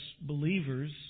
believers